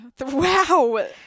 Wow